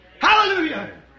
Hallelujah